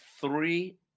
three